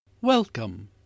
Welcome